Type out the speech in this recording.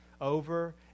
over